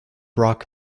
rock